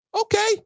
okay